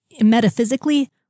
metaphysically